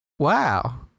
wow